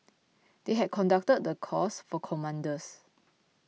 they had conducted the course for commanders